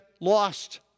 lost